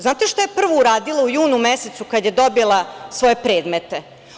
Znate šta je prvo uradila u junu mesecu kada je dobila svoje predmete?